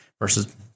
versus